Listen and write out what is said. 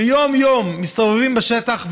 ויום-יום הם מסתובבים בשטח,